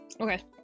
Okay